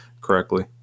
correctly